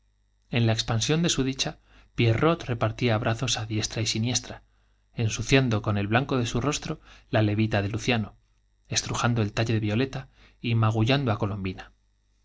e ia expansión de su dicha pierrot repartía abrazos á diestra y siniestra ensuciando con el blanco de su rostro la levita de luciano estrujando el talle de violeta y magullando á colombina